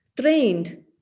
trained